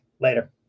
later